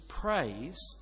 praise